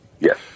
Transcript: Yes